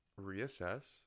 reassess